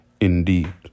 indeed